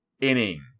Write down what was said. inning